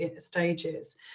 stages